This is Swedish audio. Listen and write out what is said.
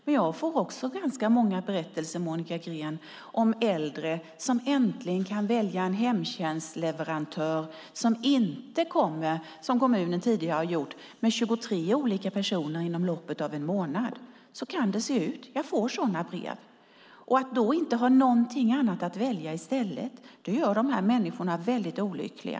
Men jag får också ganska många berättelser, Monica Green, om äldre som äntligen kan välja en hemtjänstleverantör som inte kommer med 23 olika personer inom loppet av en månad som kommunen tidigare gjort. Så kan det se ut. Jag får sådana brev. Att då inte ha någonting annat att välja i stället gör dessa människor väldigt olyckliga.